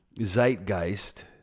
zeitgeist